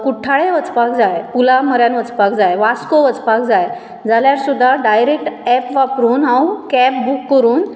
कुठ्ठाळे वचपाक जाय पुला म्हऱ्यान वचपाक जाय वास्को वचपाक जाय जाल्यार सुद्दां डायरॅक्ट एप वापरून हांव कॅब बूक करून